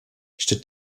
statt